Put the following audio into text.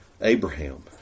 Abraham